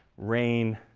rain,